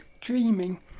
dreaming